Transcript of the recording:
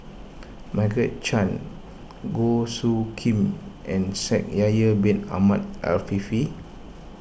Margaret Chan Goh Soo Khim and Shaikh Yahya Bin Ahmed Afifi